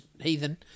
heathen